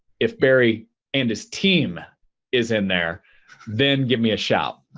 if barry and his team is in there then give me a shout.